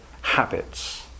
habits